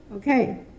Okay